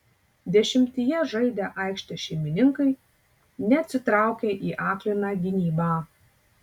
dešimtyje žaidę aikštės šeimininkai neatsitraukė į akliną gynybą